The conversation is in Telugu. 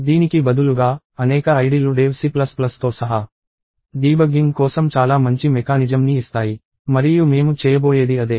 దీనికి బదులుగా అనేక ID లు dev Cతో సహా డీబగ్గింగ్ కోసం చాలా మంచి మెకానిజం ని ఇస్తాయి మరియు మేము చేయబోయేది అదే